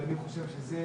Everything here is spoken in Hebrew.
אני חושב שזה